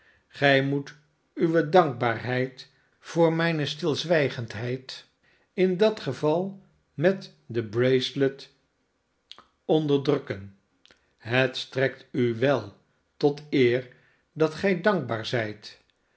gij moet uwe dankbaarheid voor mijne stilzwijgendheid in dat geval met de bracelet onderdrukken het strekt u wel tot eer dat gij dankbaar zijt